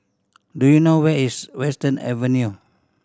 do you know where is Western Avenue